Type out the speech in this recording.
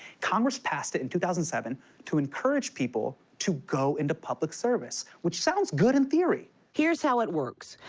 congress passed it in two thousand and seven to encourage people to go into public service, which sounds good in theory. here's how it works.